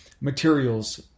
materials